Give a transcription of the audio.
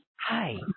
Hi